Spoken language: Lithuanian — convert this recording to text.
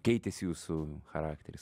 keitėsi jūsų charakteris